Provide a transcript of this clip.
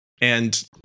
And-